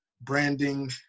branding